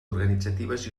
organitzatives